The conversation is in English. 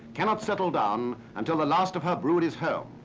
cannot settle down until the last of her brood is home.